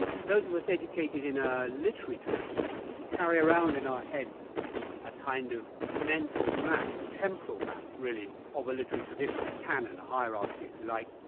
those of us educated in a literary tradition carry around in our heads a kind of mental map, a temporal map, really, of a literary history, a canon, a hierarchy if you like.